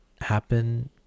happen